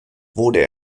wurde